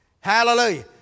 Hallelujah